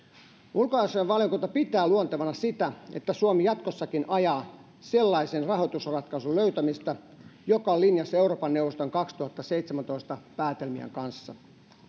ulkoasiainvaliokunta pitää luontevana sitä että suomi jatkossakin ajaa sellaisen rahoitusratkaisun löytämistä joka on linjassa eurooppa neuvoston kaksituhattaseitsemäntoista päätelmien kanssa